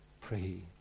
Pray